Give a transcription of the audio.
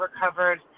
recovered